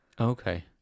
Okay